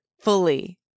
fully